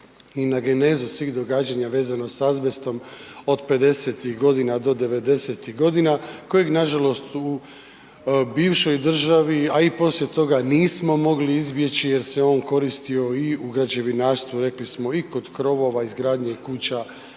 i na genezu svih događanja vezano s azbestom od 50-tih godina do 90-tih godina kojeg nažalost u bivšoj državi, a i poslije toga nismo mogli izbjeći jer se on koristio i u građevinarstvu, rekli smo i kod krovova, izgradnje kuća,